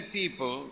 people